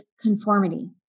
conformity